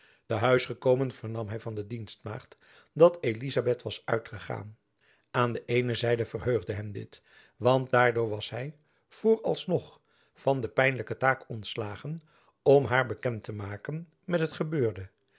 te huis gekomen vernam hy van de dienstmaagd dat elizabeth was uitgegaan aan de eene zijde verheugde hem dit want daardoor was hy voor als nog van de pijnlijke taak ontslagen om haar bekend te maken met het gebeurde